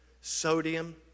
sodium